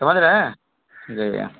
سمجھ رہے ہیں جی